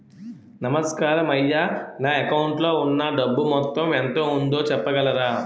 నమస్కారం అయ్యా నా అకౌంట్ లో ఉన్నా డబ్బు మొత్తం ఎంత ఉందో చెప్పగలరా?